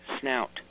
snout